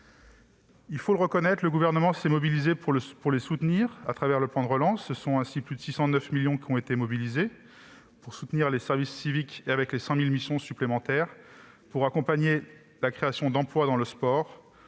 Il faut le reconnaître, le Gouvernement s'est mobilisé pour les soutenir à travers le plan de relance. Ce sont ainsi plus de 609 millions d'euros qui ont été mobilisés pour soutenir le service civique, avec 100 000 missions supplémentaires, pour accompagner la création d'emplois dans le sport,